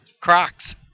crocs